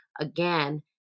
again